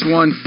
one